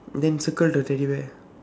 then circle the teddy bear